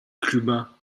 clubin